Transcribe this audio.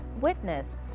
witness